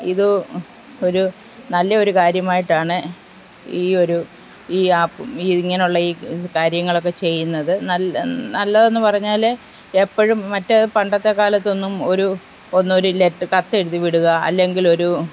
ഇത് ഒരു നല്ല ഒരു കാര്യമായിട്ടാണ് ഈ ഒരു ഈ ആപ്പും ഈ ഇങ്ങനെയുള്ള ഈ കാര്യങ്ങളൊക്കെ ചെയ്യുന്നത് നല്ല നല്ലതെന്ന് പറഞ്ഞാൽ എപ്പോഴും മറ്റേ പണ്ടത്തേക്കാലത്തൊന്നും ഒരു ഒന്ന് ഒരു കത്തെഴുതി വിടുക അല്ലെങ്കിലൊരു